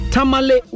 Tamale